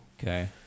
Okay